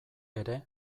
ere